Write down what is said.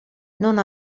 non